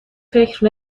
فکر